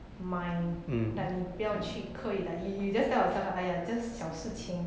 mind like 你不要去刻意 like you you just tell yourself like just 小事情